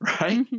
right